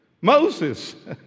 Moses